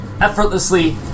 effortlessly